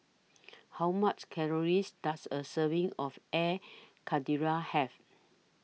How much Calories Does A Serving of Air Karthira Have